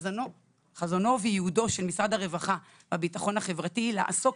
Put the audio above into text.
חזונו וייעודו של משרד הרווחה והביטחון החברתי הוא לעסוק,